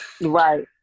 Right